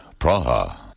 Praha